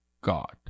God